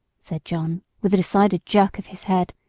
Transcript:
said john, with a decided jerk of his head,